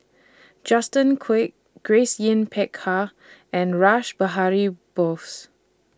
Justin Quek Grace Yin Peck Ha and Rash Behari Bose